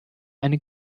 eine